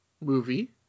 movie